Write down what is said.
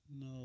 No